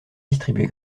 distribué